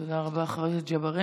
תודה רבה, חבר הכנסת ג'בארין.